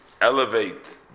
elevate